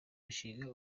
mushinga